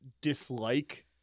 dislike